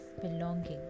belonging